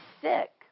sick